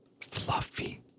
Fluffy